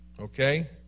Okay